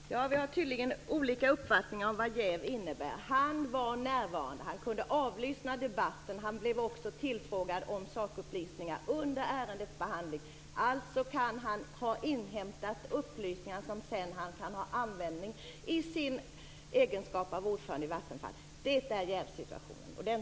Herr talman! Vi har tydligen olika uppfattningar om vad jäv innebär. Han var närvarande. Han kunde avlyssna debatten. Han blev också tillfrågad om sakupplysningar under ärendets behandling. Han kan alltså ha inhämtat upplysningar som han sedan kan ha användning för i sin egenskap av ordförande i Vattenfall. Detta är en jävssituation.